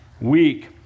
week